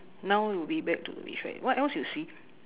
now we'll be back to what else you see